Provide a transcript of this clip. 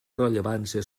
rellevància